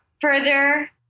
further